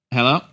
Hello